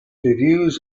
reviews